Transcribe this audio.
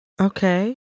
Okay